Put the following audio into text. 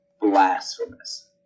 blasphemous